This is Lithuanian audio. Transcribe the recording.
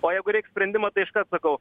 o jeigu reik sprendimo tai iškart sakau